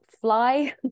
fly